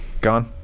gone